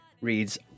reads